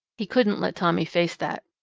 he couldn't let tommy face that.